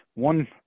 One